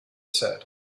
said